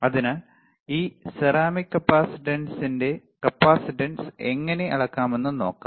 അതിനാൽ ഈ സെറാമിക് കപ്പാസിറ്ററിന്റെ കപ്പാസിറ്റൻസ് എങ്ങനെ അളക്കാമെന്ന് നോക്കാം